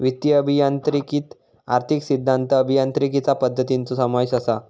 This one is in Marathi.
वित्तीय अभियांत्रिकीत आर्थिक सिद्धांत, अभियांत्रिकीचा पद्धतींचो समावेश असा